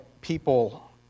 people